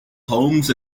homes